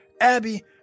Abby